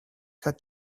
had